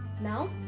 Now